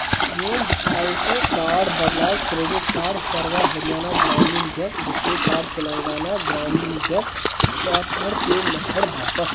میون default card بدلاو credit card Sarva Haryana Gramin bank پٮ۪ٹھٕ RuPay card Telangana Gramin bank tap and pay method باپتھ